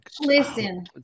listen